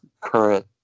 current